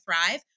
thrive